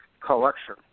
collection